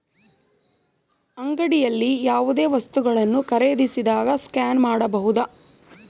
ಅಂಗಡಿಯಲ್ಲಿ ಯಾವುದೇ ವಸ್ತುಗಳನ್ನು ಖರೇದಿಸಿದಾಗ ಸ್ಕ್ಯಾನ್ ಮಾಡಬಹುದಾ?